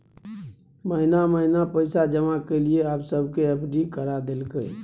महिना महिना पैसा जमा केलियै आब सबके एफ.डी करा देलकै